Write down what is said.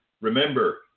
remember